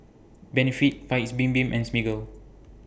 Benefit Paik's Bibim and Smiggle